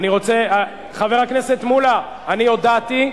חבר הכנסת מולה, אני הודעתי,